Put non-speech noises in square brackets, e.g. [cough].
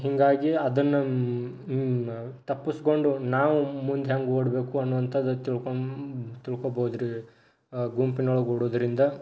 ಹೀಗಾಗಿ ಅದನ್ನು [unintelligible] ತಪ್ಪಿಸ್ಕೊಂಡು ನಾವು ಮುಂದೆ ಹೆಂಗೆ ಓಡಬೇಕು ಅನ್ನುವಂಥದ್ದು ತಿಳ್ಕೊ ತಿಳ್ಕೊಬೋದು ರೀ ಗುಂಪಿನೊಳಗೆ ಓಡುವುದ್ರಿಂದ